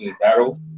battle